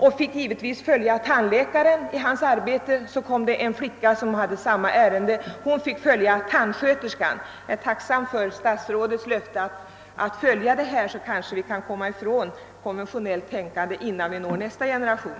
Han fick givetvis följa tandläkaren i hans arbete. Så kom det en flicka som pryoelev; hon fick följa tandsköterskans arbete. Båda tänker bli tandläkare. Jag är tacksam för statsrådets löfte, att ha sin uppmärksamhet riktad på denna fråga. Vi kanske kan hoppas på att komma ifrån detta konventionella tänkande innan vi når nästa generation.